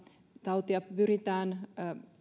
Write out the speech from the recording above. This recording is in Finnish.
tautia